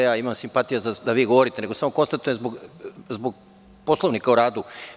Naravno, imam simpatije da vi govorite, nego samo konstatujem zbog Poslovnika o radu.